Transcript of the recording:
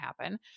happen